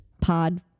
pod